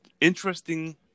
interesting